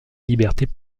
libertés